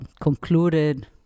concluded